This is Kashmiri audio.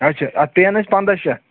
اَچھا اَتھ پیٚیَن اَسہِ پنٛداہ شیٚتھ